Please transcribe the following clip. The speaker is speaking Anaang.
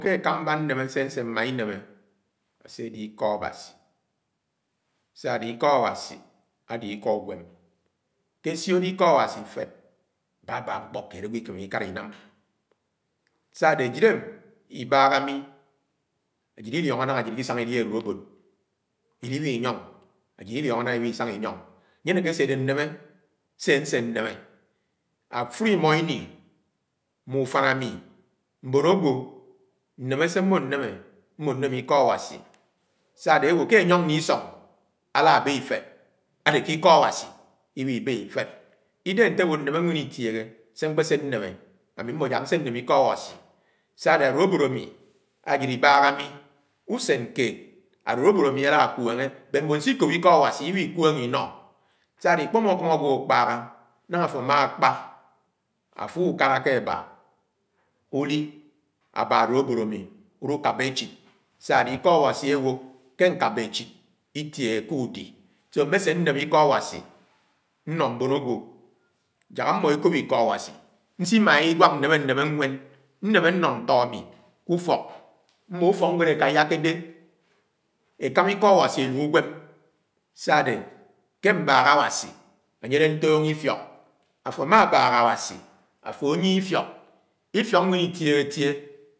Ke ekámbá némé sé ansé mma inémé asé adé iko Awasi. Sá-ádé ikó Awasi ade iko̱ úwém ké sió ikọ Awasi féb bábá ñkpọ keed ágwo ikéméké ikálá inám. Sa-adé ajile mi ibáhá mi ajid iliọngọ nángá iké sañgá ili alólóbód iliwi inyòng ajid iliongo nañga iwi isañga ingong. Anye áneké se ádé neme se anéké sé nse nemé. Afuli imo ini úfám anu, mbón ágwo némé se mmō némé mmõ némé ikọ Awasi. Sarade ewo ke nyọng ke isòng alabe ifeb ade ke ikọ Awasi iwihi-ibe ifeb. Idéhé nte wo neme nwen itiehe sé nkpénsé nemé ami mmo ná nsé némé ikọ Awasi, sa-ádé alolobod ami ajid ibáhà mi úsén kéed alólóbód ami álá kweñge mbon si ikóp ikọ Awasi iwihe ikwénge inọ, sa-ade ikpọmọ ákòm agwo akpáhá, nañga afo ámá ikpá afo úkáláké aba úli aba alólóbód ámi ulú kaba echid, sa-adé iko Awasi áwo ke ñkábá echid itiché ké údi. Mme ñse neme iko Awasi ññò mbón ágwo. Jak ámmọ ekóp ikọ Awasi, nsimaha inwak némé-némé nwén, neme ññọ ñtọ ami ku-úfok, mmó ufoknwéd ekáyákédé ékámá ikọ Awasi elú únwén sá-adé ke mbáak Awasi ánye ade ñtónó ifiok. Afó ama abaj Awasi afo anyie ifiok, ifiok nwen itietie.